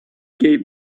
gave